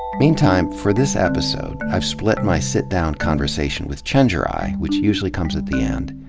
meantime, for this episode, i've split my sit-down conversation with chenjerai, which usually comes at the end,